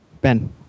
ben